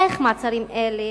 איך מעצרים אלה